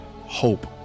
hope